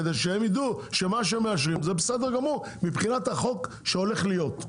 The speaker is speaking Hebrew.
כדי שהם ידעו שמה שהם מאשרים זה בסדר גמור מבחינת החוק שהולך להיות,